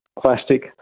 plastic